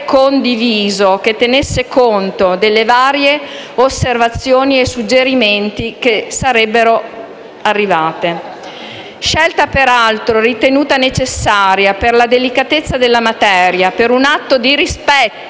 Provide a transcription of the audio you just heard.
condiviso che tenesse conto delle varie osservazioni e dei suggerimenti che sarebbero arrivati. Scelta peraltro ritenuta necessaria per la delicatezza della materia, per un atto di rispetto